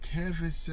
Kevin